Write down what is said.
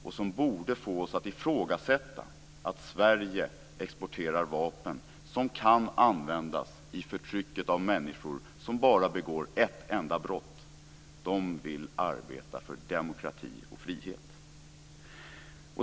De borde få oss att ifrågasätta att Sverige exporterar vapen som kan användas i förtrycket av människor som bara begår ett enda brott - de vill arbeta för demokrati och frihet.